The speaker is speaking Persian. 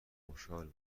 خوشحال